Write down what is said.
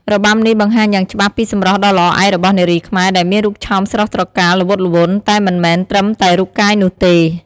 របាំនេះបង្ហាញយ៉ាងច្បាស់ពីសម្រស់ដ៏ល្អឯករបស់នារីខ្មែរ ដែលមានរូបឆោមស្រស់ត្រកាល ល្វត់ល្វន់ តែមិនមែនត្រឹមតែរូបកាយនោះទេ។